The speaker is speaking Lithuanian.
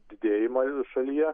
didėjimą šalyje